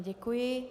Děkuji.